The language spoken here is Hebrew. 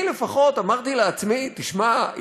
אני לפחות אמרתי לעצמי: תשמע,